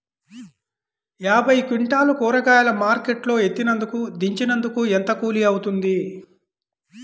యాభై క్వింటాలు కూరగాయలు మార్కెట్ లో ఎత్తినందుకు, దించినందుకు ఏంత కూలి అవుతుంది?